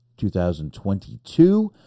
2022